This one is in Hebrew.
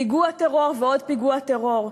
פיגוע טרור ועוד פיגוע טרור,